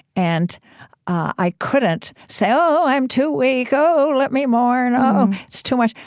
and i couldn't say, oh, i'm too weak. oh, let me mourn. oh, it's too much.